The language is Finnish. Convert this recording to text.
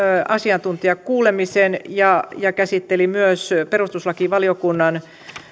asiantuntijakuulemisen ja ja käsitteli myös perustuslakivaliokunnan